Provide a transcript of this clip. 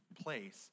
place